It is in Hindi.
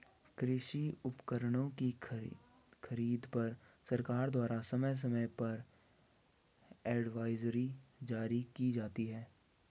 कृषि उपकरणों की खरीद पर सरकार द्वारा समय समय पर एडवाइजरी जारी की जाती है